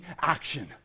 action